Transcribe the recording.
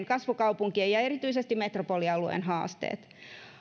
kasvukaupunkien ja erityisesti metropolialueen haasteet